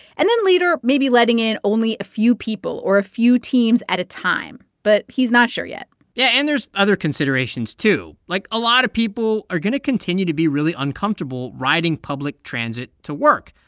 and then later, maybe letting in only a few people or a few teams at a time. but he's not sure yet yeah and there's other considerations, too, like a lot of people are going to continue to be really uncomfortable riding public transit to work,